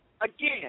again